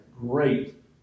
great